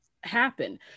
happen